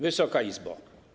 Wysoka Izbo!